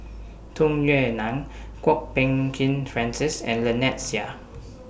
Tung Yue Nang Kwok Peng Kin Francis and Lynnette Seah